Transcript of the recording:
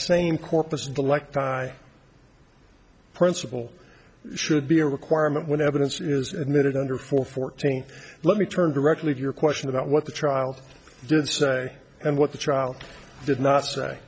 same corpus and the like die principle should be a requirement when evidence is admitted under for fourteenth let me turn directly to your question about what the child did say and what the child did not say